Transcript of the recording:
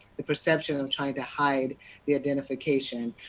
the perception of trying to hide the identification.